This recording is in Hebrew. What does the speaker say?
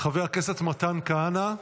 חבר הכנסת מתן כהנא,